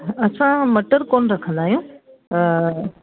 असां मटर कोन रखंदा आहियूं